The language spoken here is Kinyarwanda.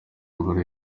muri